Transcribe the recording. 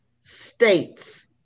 states